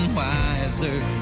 wiser